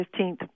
15th